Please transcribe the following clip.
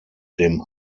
dem